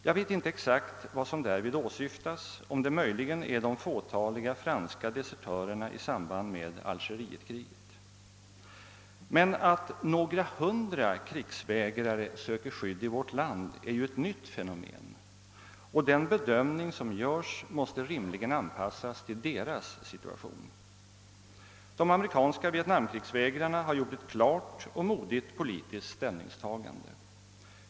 Jag vet inte exakt vad som därmed åsyftas — om det möjligen är de fåtaliga franska desertörerna i samband med algerietkriget. Att några hundra krigsvägrare söker skydd i vårt land är emellertid ett nytt fenomen, och den bedömning som görs måste rimligen anpassas till deras situation. De amerikanska vietnamkrigsvägrarna har gjort ett klart och modigt politiskt ställningstagande.